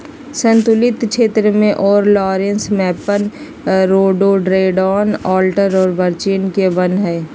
सन्तुलित क्षेत्र में oak, laurel, maple, rhododendron, alder और बर्च के वन हइ